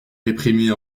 réprimer